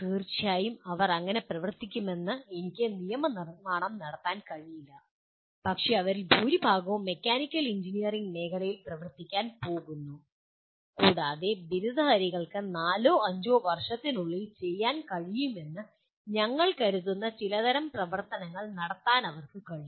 തീർച്ചയായും അവർക്ക് അങ്ങനെ പ്രവർത്തിക്കണമെന്ന് എനിക്ക് നിയമനിർമ്മാണം നടത്താൻ കഴിയില്ല പക്ഷേ അവരിൽ ഭൂരിഭാഗവും മെക്കാനിക്കൽ എഞ്ചിനീയറിംഗ് മേഖലയിൽ പ്രവർത്തിക്കാൻ പോകുന്നു കൂടാതെ ബിരുദധാരികൾക്ക് നാലോ അഞ്ചോ വർഷത്തിനുള്ളിൽ ചെയ്യാൻ കഴിയുമെന്ന് ഞങ്ങൾ കരുതുന്ന ചിലതരം പ്രവർത്തനങ്ങൾ നടത്താൻ അവർക്ക് കഴിയും